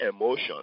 emotion